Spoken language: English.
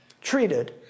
treated